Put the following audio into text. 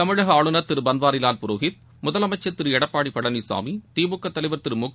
தமிழக ஆளுநர் திரு பன்வாரிலால் புரோகித் முதலமைச்ச் திரு எடப்பாடி பழனிசாமி திமுக தலைவர் திரு முக